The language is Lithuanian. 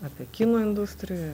apie kino industriją